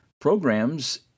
programs